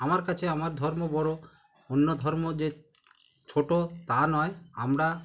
আমার কাছে আমার ধর্ম বড়ো অন্য ধর্ম যে ছোটো তা নয় আমরা